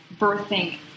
birthing